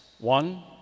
One